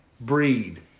Breed